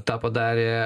tą padarė